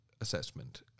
assessment